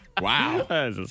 Wow